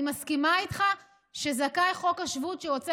אני מסכימה איתך שזכאי חוק השבות שרוצה